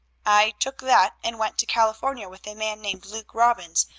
i took that and went to california with a man named luke robbins,